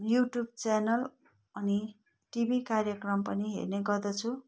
YouTube channel अनि TV कार्यक्रम पनि हेर्ने गर्दछु